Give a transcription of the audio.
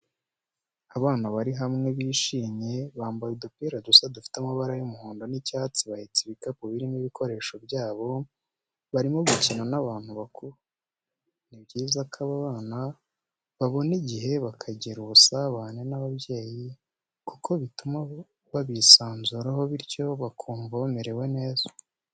Abana bari hamwe bishimye, bambaye udupira dusa dufite amabara y'umuhondo n'icyatsi bahetse ibikapu birimo ibikoresho byabo, barimo gukina n'abantu bakuru. Ni byiza ko abana babona igihe bakagira ubusabane n'ababyeyi kuko bituma babisanzuraho bityo bakumva bamerewe neza.